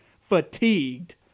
fatigued